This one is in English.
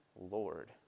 Lord